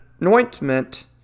anointment